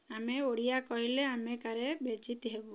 ଆମେ ଓଡ଼ିଆ କହିଲେ ଆମେ କାଳେ ବେଜ୍ଜିତ ହେବୁ